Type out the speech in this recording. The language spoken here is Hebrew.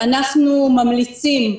אנחנו ממליצים,